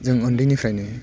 जों उन्दैनिफ्रायनो